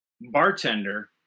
bartender